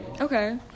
Okay